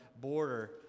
border